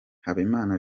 habimana